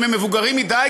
אם הם מבוגרים מדי,